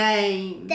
Name